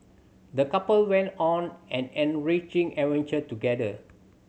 the couple went on an enriching adventure together